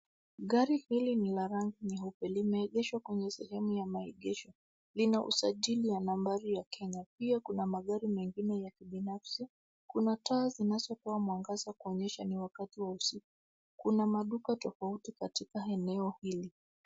Gari hili ni la rangi nyeupe limeegeshwa kwenye sehemu ya maegesho lina usajili ya nambari ya Kenya. Pia kuna magari mengine ya kibinafsi. Kuna taa zinazotoa mwangaza kuonyesha ni wakaki wa usiku. Kuna maduka tofauti katika eneo hili.